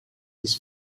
his